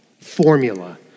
formula